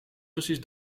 precies